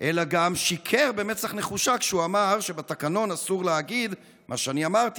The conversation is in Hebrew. אלא הוא גם שיקר במצח נחושה כשהוא אמר שבתקנון אסור להגיד מה שאמרתי,